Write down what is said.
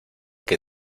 que